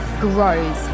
grows